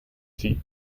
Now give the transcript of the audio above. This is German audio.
sie